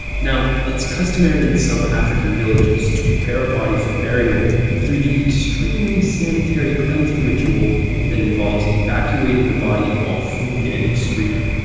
now, it's customary in some african villages to prepare a body for burial through the extremely sanitary cleansing ritual that involves evacuating the body all food and excreta,